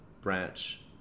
branch